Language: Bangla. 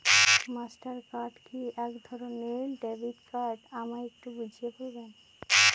মাস্টার কার্ড কি একধরণের ডেবিট কার্ড আমায় একটু বুঝিয়ে বলবেন?